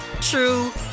true